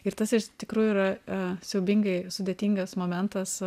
ir tas iš tikrųjų yra e siaubingai sudėtingas momentas